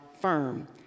firm